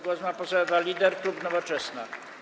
Głos ma poseł Ewa Lieder, klub Nowoczesna.